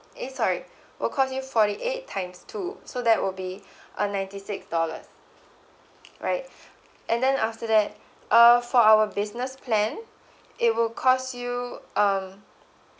eh sorry will cost you forty eight times two so that will be a ninety six dollars right and then after that uh for our business plan it will cost you um